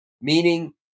meaning